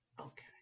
okay